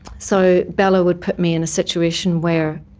so bella would put me in a situation where,